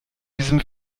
diesem